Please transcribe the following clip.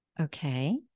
Okay